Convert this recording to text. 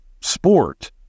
sport